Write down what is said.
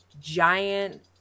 giant